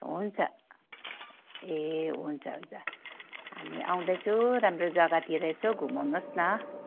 हुन्छ ए हुन्छ हुन्छ हामी आउँदैछौँ राम्रो जगातिर यसो घुमाउनु होस् न